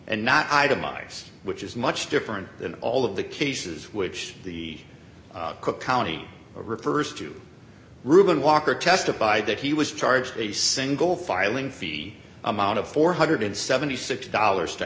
and not itemize which is much different than all of the cases which the cook county refers to reuben walker testified that he was charged a single filing fee amount of four hundred and seventy six dollars to